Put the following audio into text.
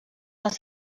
les